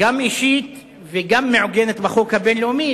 אישית וגם זכות המעוגנת בחוק הבין-לאומי,